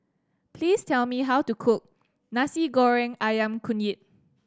please tell me how to cook Nasi Goreng Ayam Kunyit